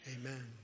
Amen